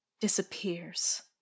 disappears